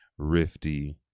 rifty